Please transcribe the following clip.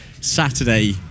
saturday